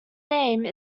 name